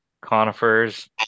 conifers